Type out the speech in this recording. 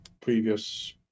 previous